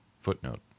Footnote